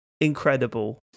incredible